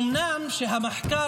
אומנם, המחקר